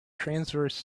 transverse